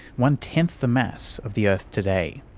one-tenth the mass of the earth today.